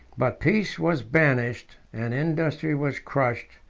but peace was banished, and industry was crushed,